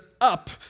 up